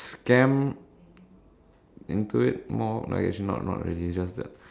I was kind of going in the flow anything goes